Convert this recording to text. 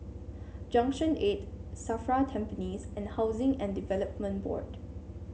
Junction Eight Safra Tampines and Housing and Development Board